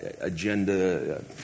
agenda